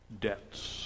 debts